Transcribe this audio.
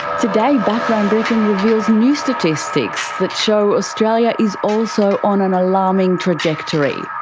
today background briefing reveals new statistics that show australia is also on an alarming trajectory.